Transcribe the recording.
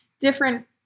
different